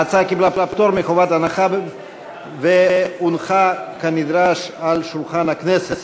ההצעה קיבלה פטור מחובת הנחה והונחה כנדרש על שולחן הכנסת.